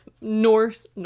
Norse